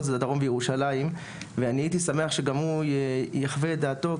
הדרום בירושלים ואני הייתי שמח שגם הוא יחווה את דעתו,